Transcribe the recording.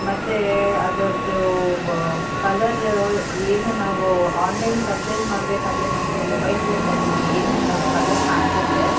ಮತ್ತು ಅದರದು ಕಲರ್ ಏನು ನಾವು ಆನ್ಲೈನ್ ಪರ್ಚೇಸ್ ಮಾಡಬೇಕಾದ್ರೆ ನಮಗೆ ಮೊಬೈಲಲ್ಲಿ ನನಗೆ ಏನು ಕಲರ್ ಕಾಣ್ಸುತ್ತೆ